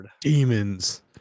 demons